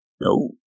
No